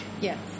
Yes